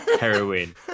heroin